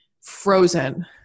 frozen